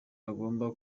agomba